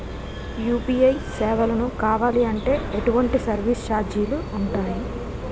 UPI సేవలను కావాలి అంటే ఎటువంటి సర్విస్ ఛార్జీలు ఉంటాయి?